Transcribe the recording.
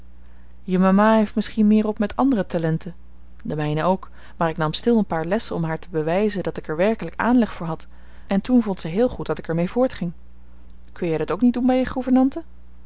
je mama heeft misschien meer op met andere talenten de mijne ook maar ik nam stil een paar lessen om haar te bewijzen dat ik er werkelijk aanleg voor had en toen vond ze heel goed dat ik er mee voortging kun jij dat ook niet doen bij je